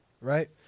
right